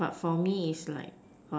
but for me is like